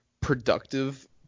productive